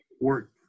work